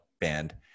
band